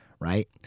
right